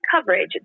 coverage